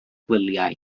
gwyliau